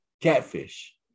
Catfish